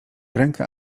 ręka